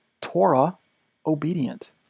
Torah-obedient